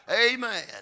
Amen